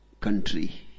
country